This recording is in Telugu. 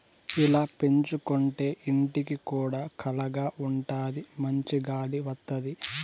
ఇలా పెంచుకోంటే ఇంటికి కూడా కళగా ఉంటాది మంచి గాలి వత్తది